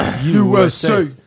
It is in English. USA